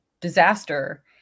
disaster